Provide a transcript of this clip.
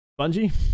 Bungie